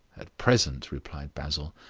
at present, replied basil,